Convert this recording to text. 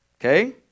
Okay